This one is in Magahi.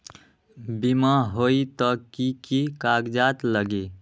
बिमा होई त कि की कागज़ात लगी?